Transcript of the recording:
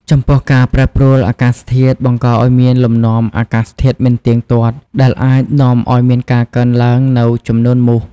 ចំពោះ ការប្រែប្រួលអាកាសធាតុ បង្កឱ្យមានលំនាំអាកាសធាតុមិនទៀងទាត់ ដែលអាចនាំឱ្យមានការកើនឡើងនូវចំនួនមូស។